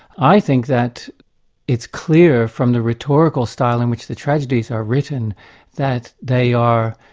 i think that it's clear from the rhetorical style in which the tragedies are written that they are,